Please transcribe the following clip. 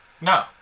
No